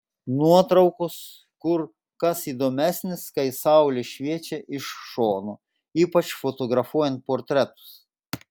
nuotraukos kur kas įdomesnės kai saulė šviečia iš šono ypač fotografuojant portretus